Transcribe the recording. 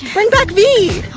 bring back vy!